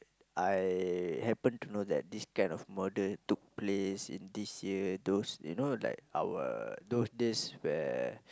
I happen to know that this kind of murder took place in this year those you know like our those days where